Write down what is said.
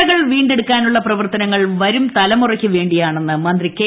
ശൈലജ പുഴകൾ വീണ്ടെടുക്കാനുള്ള പ്രവർത്തനങ്ങൾ വരും തലമുറയ്ക്ക് വേണ്ടിയാണെന്ന് മന്ത്രി കെ